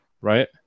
right